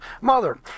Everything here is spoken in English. mother